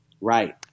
right